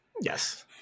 Yes